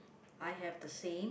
I have the same